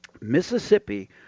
Mississippi